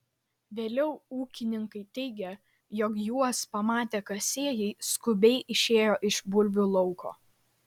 vėliau ūkininkai teigė jog juos pamatę kasėjai skubiai išėjo iš bulvių lauko